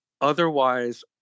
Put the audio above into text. otherwise